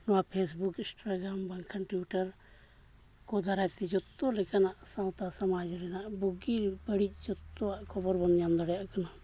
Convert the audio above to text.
ᱱᱚᱣᱟ Facebook Instagram ᱵᱟᱝᱠᱷᱟᱱ Twitter ᱠᱚ ᱫᱟᱨᱟᱭ ᱛᱮ ᱡᱚᱛᱚ ᱞᱮᱠᱟᱱᱟᱜ ᱥᱟᱶᱛᱟ ᱥᱚᱢᱟᱡᱽ ᱨᱮᱱᱟᱜ ᱵᱩᱜᱤ ᱵᱟᱹᱲᱤᱡ ᱡᱚᱛᱚᱣᱟᱜ ᱠᱷᱚᱵᱚᱨ ᱵᱚᱱ ᱧᱟᱢ ᱫᱟᱲᱮᱭᱟᱜ ᱠᱟᱱᱟ